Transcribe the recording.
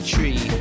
Tree